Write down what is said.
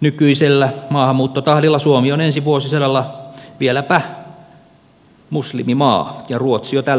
nykyisellä maahanmuuttotahdilla suomi on ensi vuosisadalla vieläpä muslimimaa ja ruotsi jo tällä vuosisadalla